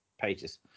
pages